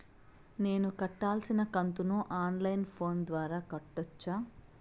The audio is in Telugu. నేను కట్టాల్సిన కంతును ఆన్ లైను ఫోను ద్వారా కట్టొచ్చా?